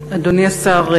אדוני השר,